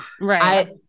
right